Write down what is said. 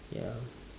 ya